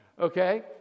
Okay